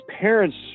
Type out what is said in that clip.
parents